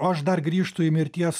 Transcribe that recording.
o aš dar grįžtu į mirties